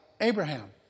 Abraham